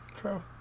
True